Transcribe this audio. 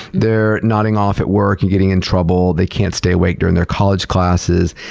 they're nodding off at work and getting in trouble. they can't stay awake during their college classes.